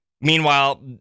Meanwhile